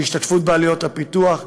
השתתפות בעלויות הפיתוח.